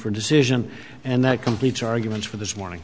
for decision and that completes arguments for this morning